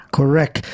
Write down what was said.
Correct